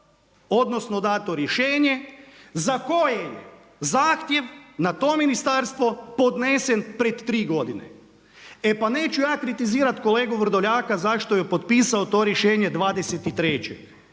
odnosno dato rješenje za koje je zahtjev na to ministarstvo podnesen pred tri godine. E pa neću ja kritizirat kolegu Vrdoljaka zašto je potpisao to rješenje 23.